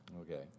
Okay